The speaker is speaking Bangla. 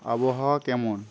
আবহাওয়া কেমন